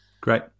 Great